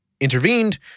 intervened